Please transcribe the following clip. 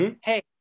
Hey